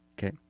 okay